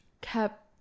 kept